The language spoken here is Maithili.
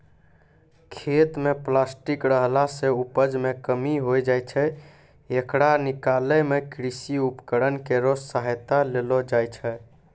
खेत म प्लास्टिक रहला सें उपज मे कमी होय जाय छै, येकरा निकालै मे कृषि उपकरण केरो सहायता लेलो जाय छै